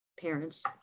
parents